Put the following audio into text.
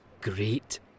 Great